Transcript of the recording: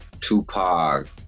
Tupac